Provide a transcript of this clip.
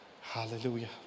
hallelujah